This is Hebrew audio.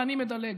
ואני מדלג.